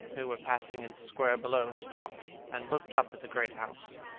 who were passing in the square below, stopped and looked up at the great house.